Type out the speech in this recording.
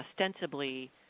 ostensibly